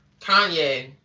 Kanye